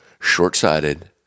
short-sighted